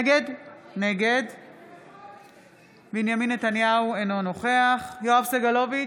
נגד בנימין נתניהו, אינו נוכח יואב סגלוביץ'